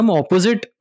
opposite